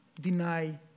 deny